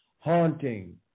haunting